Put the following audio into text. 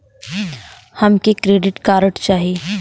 हमके credit card चाही